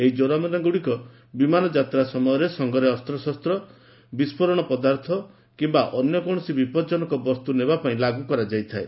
ଏହି ଜୋରିମାନାଗୁଡ଼ିକ ବିମାନ ଯାତ୍ରା ସମୟରେ ସାଙ୍ଗରେ ଅସ୍ତ୍ରଶସ୍ତ୍ର ବିସ୍ଫୋରଣ ପଦାର୍ଥ କିମ୍ବା ଅନ୍ୟ କୌଣସି ବିପଜନକ ବସ୍ତୁ ନେବାପାଇଁ ଲାଗୁ କରାଯାଇଥାଏ